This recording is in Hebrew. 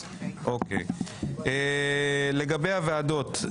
לגבי הוועדות,